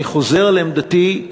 אני חוזר על עמדתי,